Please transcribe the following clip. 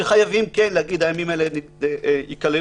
שחייבים להגיד שהימים האלה ייכללו,